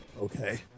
Okay